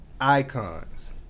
icons